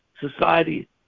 society